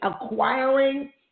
acquiring